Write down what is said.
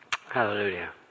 Hallelujah